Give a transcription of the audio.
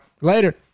later